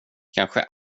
kanske